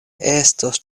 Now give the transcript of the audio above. estos